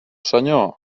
senyor